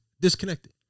disconnected